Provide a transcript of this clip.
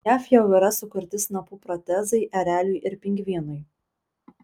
jav jau yra sukurti snapų protezai ereliui ir pingvinui